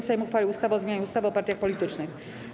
Sejm uchwalił ustawę o zmianie ustawy o partiach politycznych.